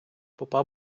попа